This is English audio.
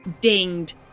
dinged